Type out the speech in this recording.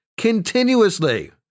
continuously